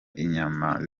inyama